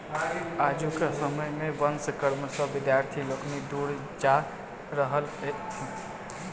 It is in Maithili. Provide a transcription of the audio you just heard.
आजुक समय मे वंश कर्म सॅ विद्यार्थी लोकनि दूर जा रहल छथि